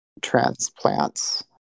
transplants